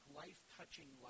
life-touching